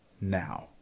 now